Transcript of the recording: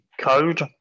code